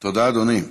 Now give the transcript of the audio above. תודה, אדוני.